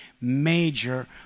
major